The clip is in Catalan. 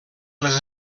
les